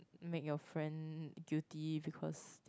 make your friend guilty because